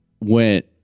went